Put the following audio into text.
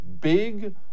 big